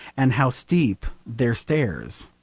and how steep their stairs